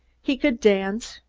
he could dance,